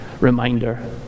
reminder